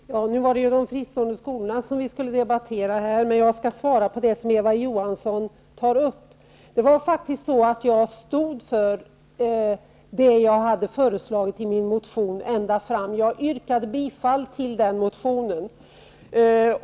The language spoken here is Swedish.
Herr talman! Nu var det ju de fristående skolorna som vi skulle debattera, men jag skall svara på det som Eva Johansson tar upp. Det var faktiskt så att jag stod för det jag hade föreslagit i min motion ända fram. Jag yrkade bifall till den motionen.